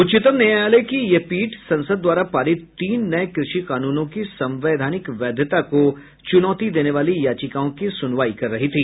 उच्चतम न्यायालय की यह पीठ संसद द्वारा पारित तीन नए कृषि कानूनों की संवैधानिक वैधता को चुनौती देने वाली याचिकाओं की सुनवाई कर रही थी